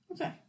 Okay